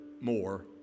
more